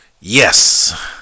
Yes